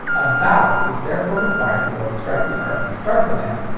a ballast is therefore required to both strike the arc and start the lamp,